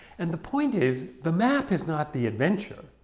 and the point is, the map is not the adventure.